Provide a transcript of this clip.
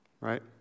right